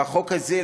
והחוק הזה,